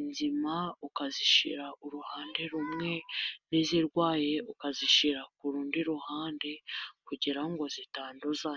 inzima ukazishyira uruhande rumwe, n'izirwaye ukazishyira ku rundi ruhande, kugeraho ngo zitanduzanya.